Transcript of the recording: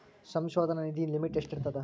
ಸಂಶೋಧನಾ ನಿಧಿ ಲಿಮಿಟ್ ಎಷ್ಟಿರ್ಥದ